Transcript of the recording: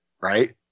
right